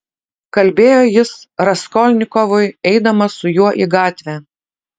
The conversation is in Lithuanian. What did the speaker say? kalbėjo jis raskolnikovui eidamas su juo į gatvę